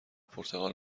پرتقال